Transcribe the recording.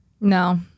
No